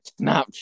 Snapchat